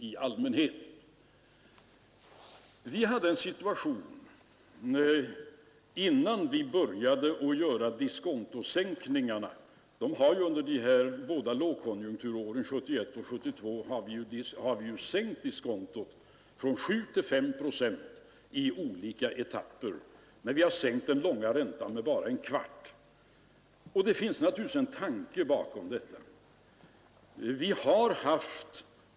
Under de båda lågkonjunkturåren 1971 och 1972 har vi sänkt diskontot från 7 till 5 procent i olika etapper, men vi har sänkt den långa räntan med bara en kvarts procent — och det finns naturligtvis en tanke bakom detta.